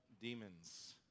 demons